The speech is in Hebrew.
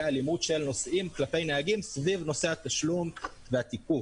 אלימות של נוסעים כלפי נהגים סביב נושא התשלום והתיקוף.